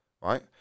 right